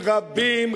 רבים,